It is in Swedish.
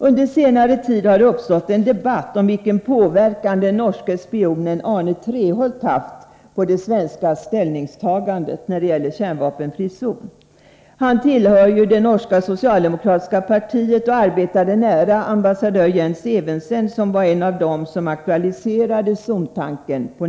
Under senare tid har det uppstått en debatt om vilken inverkan den norska spionen Arne Treholt haft på det svenska ställningstagandet när det gäller kärnvapenfri zon. Arne Treholt tillhör ju det norska socialdemokratiska partiet och arbetade nära ambassadör Jens Evensen, som var en av dem som på nytt aktualiserade zontanken.